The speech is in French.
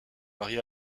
marié